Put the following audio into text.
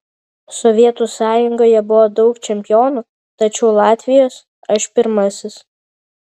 sovietų sąjungoje buvo daug čempionų tačiau latvijos aš pirmasis